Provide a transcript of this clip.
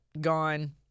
gone